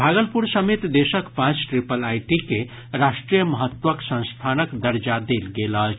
भागलपुर समेत देशक पांच ट्रिपल आईटी के राष्ट्रीय महत्वक संस्थानक दर्जा देल गेल अछि